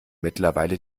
mittlerweile